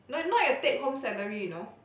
like not your take home salary you know